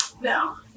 No